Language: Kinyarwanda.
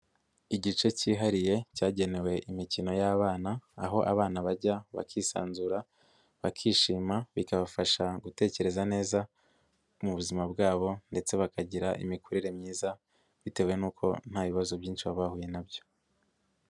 Igice cyihariye cyagenewe imikino y'abana, aho abana bajya, bakisanzura, bakishima, bikabafasha gutekereza neza, mu buzima bwabo ndetse bakagira imikurere myiza, bitewe n'uko nta bibazo byinshi baba bahuye nabyo.